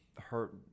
hurt